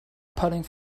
pulling